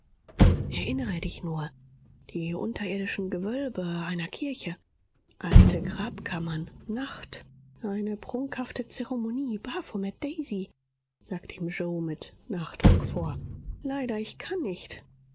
erinnere dich nur die unterirdischen gewölbe einer kirche alte grabkammern nacht eine prunkhafte zeremonie baphomet daisy sagte ihm ave mit nachdruck vor leider ich kann nicht